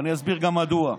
ואני אסביר גם מדוע.